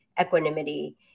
equanimity